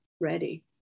ready